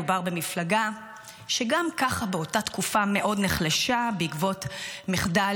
מדובר במפלגה שגם ככה באותה תקופה נחלשה מאוד בעקבות מחדל